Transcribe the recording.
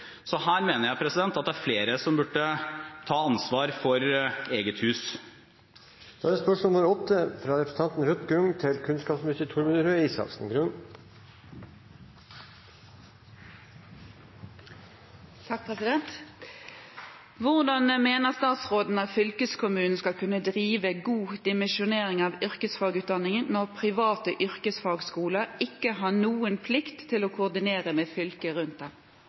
Så her mener jeg det er flere som burde ta ansvar for eget hus. «Hvordan mener statsråden at fylkeskommunene skal kunne drive god dimensjonering av yrkesfagutdanningene når private yrkesfagskoler ikke har noen plikt til å koordinere med fylket rundt